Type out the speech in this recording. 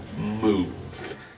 move